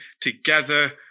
together